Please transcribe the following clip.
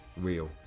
real